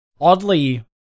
oddly